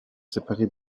séparer